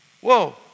Whoa